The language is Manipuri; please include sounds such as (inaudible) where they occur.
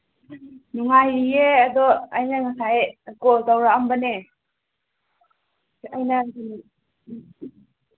ꯅꯨꯡꯉꯥꯏꯔꯤꯌꯦ ꯑꯗꯣ ꯑꯩꯅ ꯉꯁꯥꯏ ꯀꯣꯜ ꯇꯧꯔꯛꯑꯝꯕꯅꯦ ꯑꯩꯅ (unintelligible)